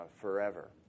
forever